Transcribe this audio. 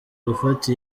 gufata